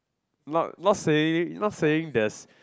not not saying not saying there's